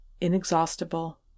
inexhaustible